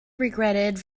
regretted